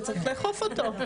שצריך לאכוף אותו.